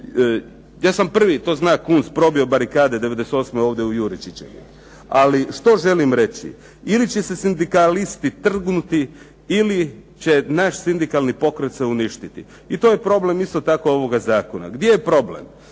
Ja sam prvi, to zna Kunst, probio barikade '98. ovdje u … /Govornik se ne razumije./… ali što želim reći? Ili će se sindikalisti trgnuti ili će naš sindikalni pokret sve uništiti i to je problem isto tako ovoga zakona. Gdje je problem?